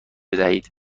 بدهید